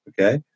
Okay